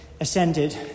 ascended